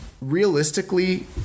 Realistically